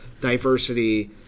diversity